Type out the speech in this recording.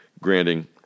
granting